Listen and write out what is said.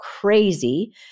crazy